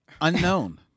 Unknown